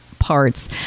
parts